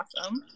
awesome